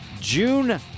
june